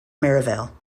merivale